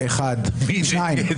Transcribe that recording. מי נגד?